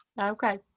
Okay